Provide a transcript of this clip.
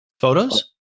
photos